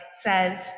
says